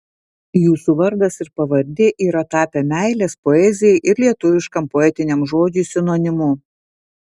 jūsų vardas ir pavardė yra tapę meilės poezijai ir lietuviškam poetiniam žodžiui sinonimu